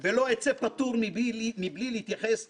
יש צורך בשינוי עומק בהתנהלות הרגולטורים.